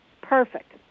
perfect